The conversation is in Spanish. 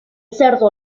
cerdo